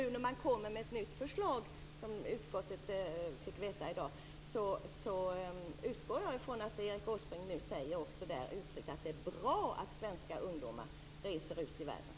Nu när det kom ett nytt förslag som utskottet fick del av i dag utgår jag ifrån att Erik Åsbrink tycker att det är bra att svenska ungdomar reser ut i världen.